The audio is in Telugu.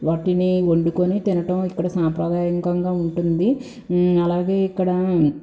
వాటిని వండుకొని తినటం ఇక్కడ సాంప్రదాయంకంగా ఉంటుంది అలాగే ఇక్కడ